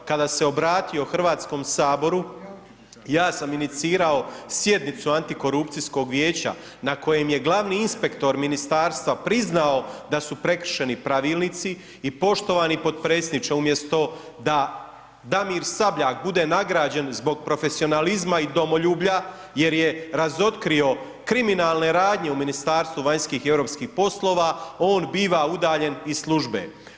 Kada se obratio HS-u, ja sam inicirao sjednicu Antikorupcijskog vijeća na kojem je glavni inspektor ministarstva priznao da su prekršeni pravilnici i poštovani potpredsjedniče, umjesto da Damir Sabljak bude nagrađen zbog profesionalizma i domoljublja jer je razotkrio kriminalne radnje u Ministarstvu vanjskih i europskih poslova, on biva udaljen iz službe.